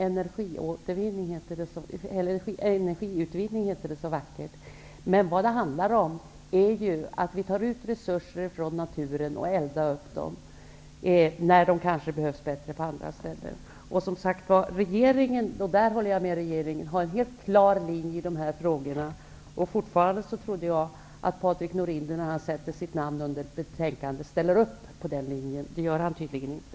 Energiutvinning heter det så vackert, men vad det handlar om är ju att vi tar ut resurser från naturen och eldar upp dem, när de kanske behövs bättre på andra ställen. Som sagt var: Regeringen har -- och där håller jag med regeringen -- en helt klar linje i de här frågorna. Och jag trodde att Patrik Norinder, när han har satt sitt namn under betänkandet, ställer upp på den linjen. Det gör han tydligen inte.